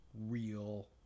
real